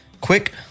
quick